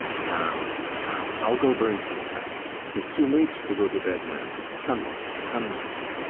come, come, i'll go burn some sack t is too late to go to bed now. come, knight come, knight.